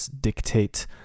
dictate